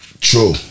true